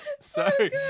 Sorry